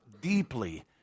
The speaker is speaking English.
deeply